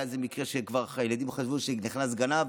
היה מקרה שהילדים חשבו שנכנס גנב,